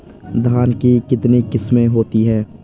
धान की कितनी किस्में होती हैं?